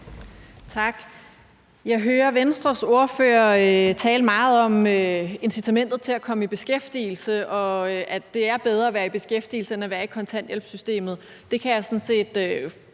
Tak. Jeg hører Venstres ordfører tale meget om incitamentet til at komme i beskæftigelse, og at det er bedre at være i beskæftigelse end at være i kontanthjælpssystemet. Det kan jeg sådan set